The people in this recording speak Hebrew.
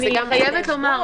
אני חייבת לומר,